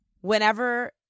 whenever